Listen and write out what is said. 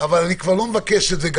אבל אני לא מבקש את זה.